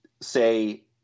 say